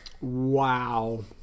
Wow